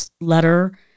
letter